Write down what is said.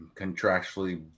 contractually